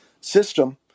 system